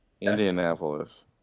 Indianapolis